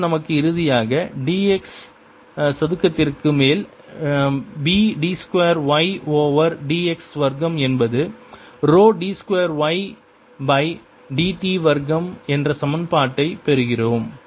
மேலும் நமக்கு இறுதியாக dx சதுரத்திற்கு மேல் B d 2 y over dx வர்க்கம் என்பது rho d 2 y by dt வர்க்கம் என்ற சமன்பாட்டைப் பெறுகிறோம்